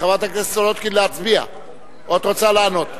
חברת הכנסת סולודקין, להצביע או את רוצה לענות?